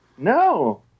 No